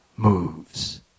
moves